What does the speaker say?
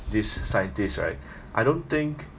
this scientist right I don't think